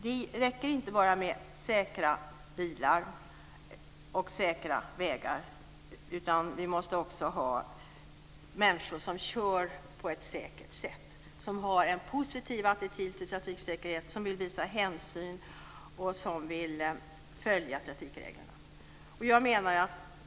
Det räcker inte bara med säkra bilar och säkra vägar, utan vi måste också ha människor som kör på ett säkert sätt, som har en positiv attityd till trafiksäkerhet, som vill visa hänsyn och som vill följa trafikreglerna.